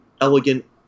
elegant